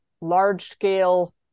large-scale